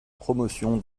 promotion